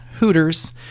Hooters